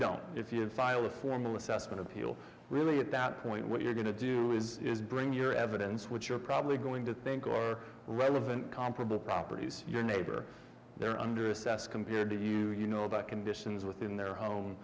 don't if you file a formal assessment of people really at that point what you're going to do is bring your evidence which you're probably going to think or relevant comparable properties your neighbor they're under assessed compared to you you know about conditions within their home